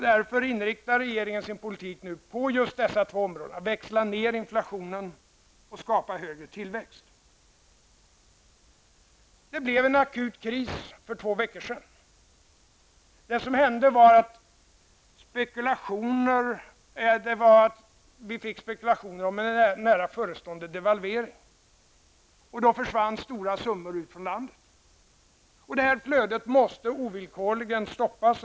Därför inriktar regeringen sin politik på just dessa två områden: växla ner inflationen och skapa större tillväxt. Det blev en akut kris för två veckor sedan. Vad som hände var att vi fick spekulationer om en nära förestående devalvering. Då försvann stora summor ut ur landet. Det flödet måste ovillkorligen stoppas.